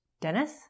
Dennis